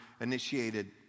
initiated